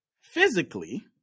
physically